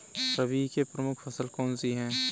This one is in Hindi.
रबी की प्रमुख फसल कौन सी है?